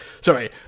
Sorry